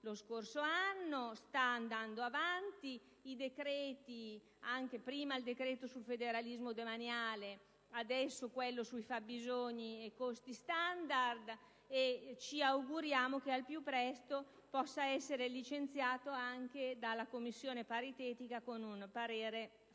lo scorso anno e sta andando avanti: vedi il decreto sul federalismo demaniale, adesso quello sui fabbisogni e costi standard, che ci auguriamo al più presto possa essere licenziato anche dalla Commissione paritetica con un parere favorevole.